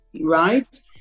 right